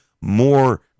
more